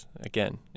Again